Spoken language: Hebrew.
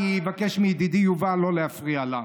אני אבקש מידידי יובל לא להפריע לה.